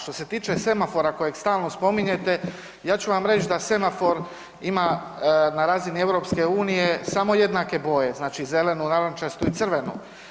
Što se tiče semafora kojeg stalno spominjete, ja ću vam reć da semafor ima na razini EU samo jednake boje, znači zelenu, narančastu i crvenu.